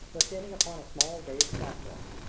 was standing upon a small raised platform.